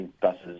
buses